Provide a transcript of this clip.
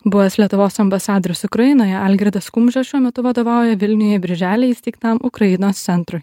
buvęs lietuvos ambasadorius ukrainoje algirdas kumža šiuo metu vadovauja vilniuje birželį įsteigtam ukrainos centrui